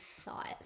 thought